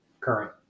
current